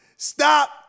stop